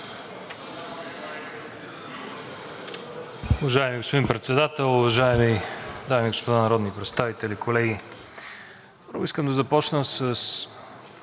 Уважаеми господин Председател, уважаеми дами и господа народни представители, колеги! Много искам да започна със